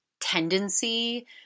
tendency